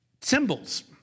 symbols